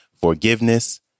Forgiveness